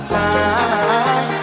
time